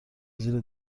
زیر